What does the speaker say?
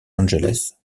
angeles